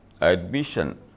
admission